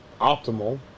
optimal